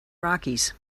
rockies